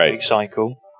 cycle